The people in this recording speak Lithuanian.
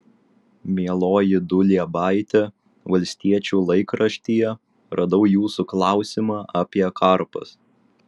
mieloji duliebaite valstiečių laikraštyje radau jūsų klausimą apie karpas